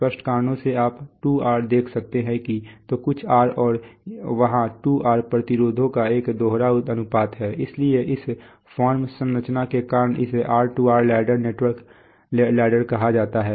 स्पष्ट कारणों से आप 2R देख सकते हैं कि तो कुछ R हैं और वहाँ 2R प्रतिरोधों का एक दोहरा अनुपात है इसीलिए इस फॉर्म संरचना के कारण इसे R2R लैडर नेटवर्क कहा जाता है